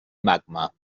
magma